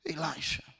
Elisha